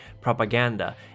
propaganda